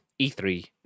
E3